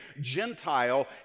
Gentile